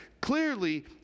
Clearly